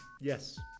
Yes